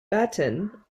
baton